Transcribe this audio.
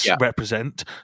represent